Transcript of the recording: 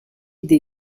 des